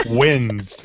wins